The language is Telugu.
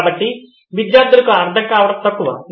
కాబట్టి విద్యార్థులకు అర్థం కావడం తక్కువ